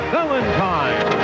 Valentine